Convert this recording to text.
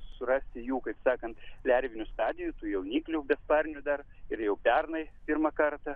surasti jų kaip sakant lervinių stadijų tų jauniklių besparnių dar ir jau pernai pirmą kartą